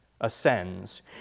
ascends